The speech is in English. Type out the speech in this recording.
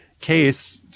case